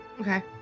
Okay